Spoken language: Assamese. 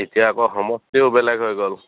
এতিয়া আকৌ সমষ্টিও বেলেগ হৈ গ'ল